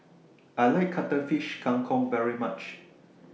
I like Cuttlefish Kang Kong very much